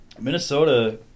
Minnesota